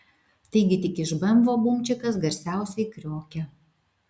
taigi tik iš bemvo bumčikas garsiausiai kriokia